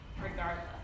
regardless